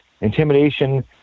intimidation